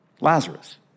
Lazarus